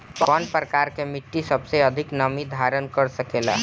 कौन प्रकार की मिट्टी सबसे अधिक नमी धारण कर सकेला?